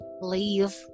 Leave